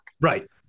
Right